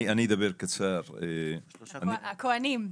הכהנים.